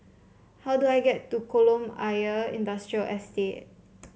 how do I get to Kolam Ayer Industrial Estate